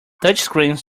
touchscreens